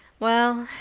well,